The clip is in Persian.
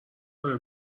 کنه